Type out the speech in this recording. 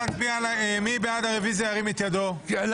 מי בעד הרוויזיה על סעיף